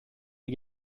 die